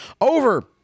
Over